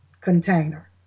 container